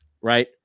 Right